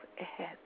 ahead